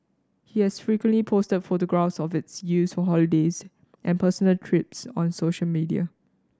he has frequently posted photographs of its use for holidays and personal trips on social media